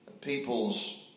people's